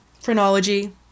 phrenology